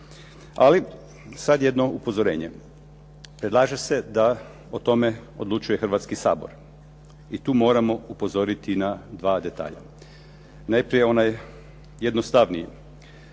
ali sad jedno upozorenje. Predlaže se da o tome odlučuje Hrvatski sabor i tu moramo upozoriti na dva detalja. Najprije onaj jednostavniji.